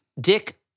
Dick